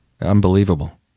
Unbelievable